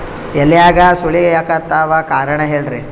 ಎಲ್ಯಾಗ ಸುಳಿ ಯಾಕಾತ್ತಾವ ಕಾರಣ ಹೇಳ್ರಿ?